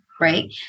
right